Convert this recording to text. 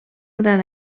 gran